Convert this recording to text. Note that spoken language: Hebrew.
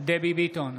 דבי ביטון,